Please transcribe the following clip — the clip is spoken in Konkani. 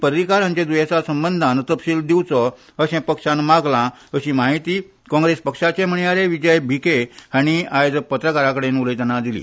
पर्रीकार हांचे द्येसा संबंदान तपशील दिवचो अशे पक्षान मागला अशी म्हायती काँग्रेस पक्षाचे म्हणयारे विजय भीके हाणी आयज पत्रकारांकडेन उलैताना दिली